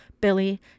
Billy